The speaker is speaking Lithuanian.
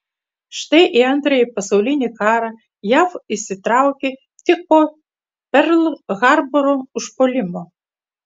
štai į antrąjį pasaulinį karą jav įsitraukė tik po perl harboro užpuolimo